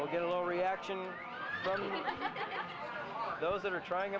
we'll get a little reaction from those that are trying